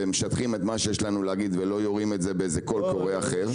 ומשטחים את מה שיש לנו להגיד ולא יורים את זה בקול קורא אחר,